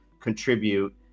contribute